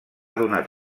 donat